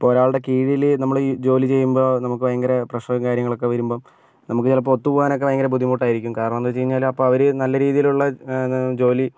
ഇപ്പോൾ ഒരാളുടെ കീഴിൽ നമ്മൾ ഈ ജോലി ചെയ്യുമ്പോൾ നമുക്ക് ഭയങ്കര പ്രെഷറും കാര്യങ്ങളുമൊക്കെ വരുമ്പം നമുക്ക് ചിലപ്പോൾ ഒത്തുപോകാനൊക്കെ ഭയങ്കര ബുദ്ധിമുട്ട് ആയിരിക്കും കാരണം എന്ത് വെച്ച് കഴിഞ്ഞാൽ അപ്പോൾ അവർ നല്ല രീതിയിലുള്ള ജോലി